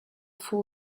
full